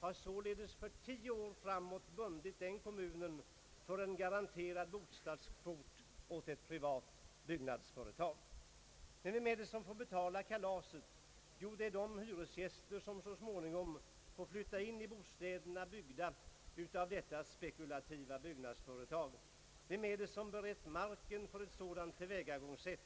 har således för tio år framåt bundit den kommunen för en garanterad bostadskvot åt ett privat byggnadsföretag. Vem är det som får betala kalaset? Jo, det är de hyresgäster som så småningom får flytta in i bostäder byggda av detta spekulativa byggnadsföretag. Vem är det som berett marken för ett sådant tillvägagångssätt?